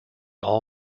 all